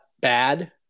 bad